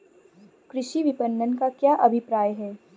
कृषि विपणन का क्या अभिप्राय है?